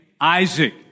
Isaac